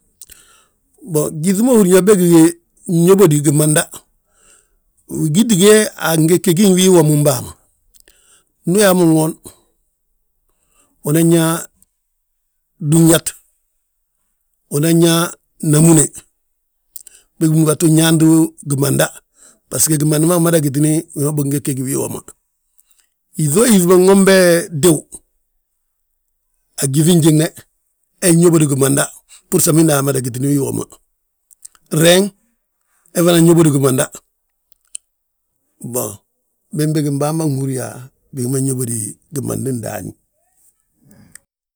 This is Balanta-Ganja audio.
mboŋ, gyíŧi ma húrin yaa bége nyóbodi gimanda, wi giti gee ange gegi wi womim bàa ma. Ndu uyaa mo ŋoon, unan yaa dúñat, unan yaa namúne, bég bindúbatu nyaanti gimanda, bbasgo gimandi ma amada gitini wi ma bingege gi wii woma. Yíŧoo yíŧi nwombe tiw a gyíŧi gjiŋe he nyóbodi gimana, bbúr samindi amada gitini wii woma. Reeŋ he fana nyóbodi gimanda, mboŋ bembége mbamban húri yaa, bigi ma nyóbodi gimandi ndaani.